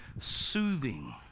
soothing